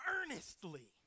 earnestly